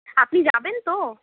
আপনি যাবেন তো